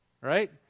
right